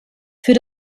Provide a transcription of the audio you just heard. für